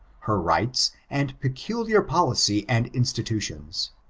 her rights and peculiar policy and institations.